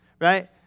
right